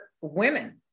women